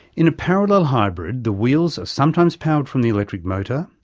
in a parallel hybrid the wheels are sometimes powered from the electric motor,